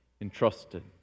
entrusted